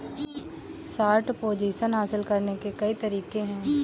short position हासिल करने के कई तरीके हैं